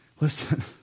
Listen